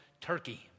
Turkey